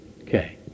Okay